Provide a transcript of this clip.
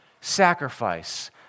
sacrifice